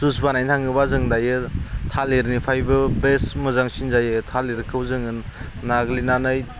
juice बानायनो थाङोब्ला जों दायो थालिरनिफ्रायबो बेस्ट मोजांसिन जायो थालिरखौ जोङो नाग्लिनानै